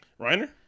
Reiner